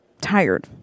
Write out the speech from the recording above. tired